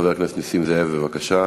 חבר הכנסת נסים זאב, בבקשה.